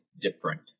different